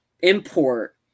import